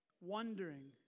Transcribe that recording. wondering